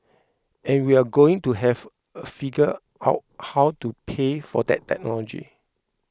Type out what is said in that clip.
and we're going to have a figure out how to pay for that technology